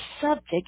subject